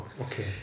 Okay